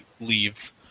leaves